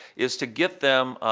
is to get them,